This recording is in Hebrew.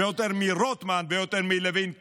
יותר מרוטמן ויותר מלוין.